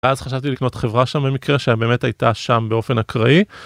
אז חשבתי לקנות חברה שם במקרה שהיא באמת הייתה שם באופן אקראי